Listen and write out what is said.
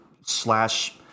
slash